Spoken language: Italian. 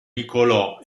nicolò